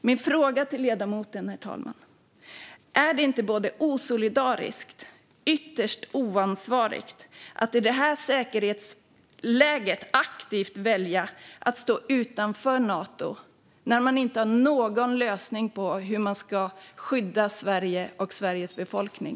Min fråga till ledamoten är, herr talman: Är det inte både osolidariskt och ytterst oansvarigt att i det här säkerhetsläget aktivt välja att stå utanför Nato när man inte har någon lösning på hur man ska skydda Sverige och Sveriges befolkning?